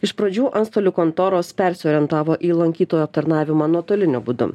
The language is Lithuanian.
iš pradžių antstolių kontoros persiorientavo į lankytojų aptarnavimą nuotoliniu būdu